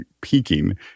peaking